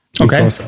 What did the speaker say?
Okay